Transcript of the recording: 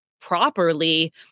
properly